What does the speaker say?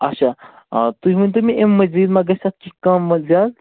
اچھا آ تُہی ؤنۍتَو مےٚ اَمہِ مزیٖد ما گَژھِ اَتھ کیٚنٛہہ کَم ما زیادٕ